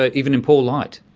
ah even in poor light.